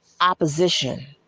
opposition